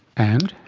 and?